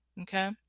okay